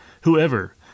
Whoever